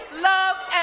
love